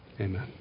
Amen